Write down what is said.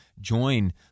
join